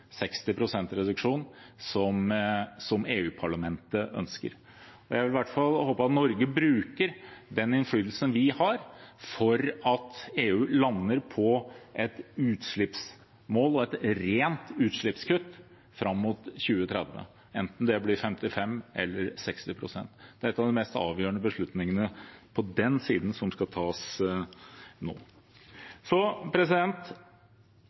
reduksjon, som EU-parlamentet ønsker. Jeg vil i hvert fall håpe at Norge bruker den innflytelsen vi har, for at EU lander på et utslippsmål og et rent utslippskutt fram mot 2030, enten det blir 55 eller 60 pst. Det er en av de mest avgjørende beslutningene på den siden, som skal tas nå.